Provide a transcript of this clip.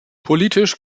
politisch